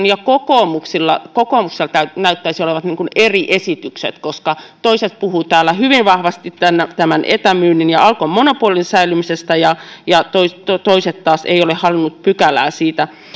ja kokoomuksella näyttäisi olevan eri esitykset koska toiset puhuvat täällä hyvin vahvasti tämän etämyynnin ja alkon monopolin säilymisestä ja ja toiset taas eivät ole halunneet siitä pykälää